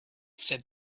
said